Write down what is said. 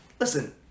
listen